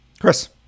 Chris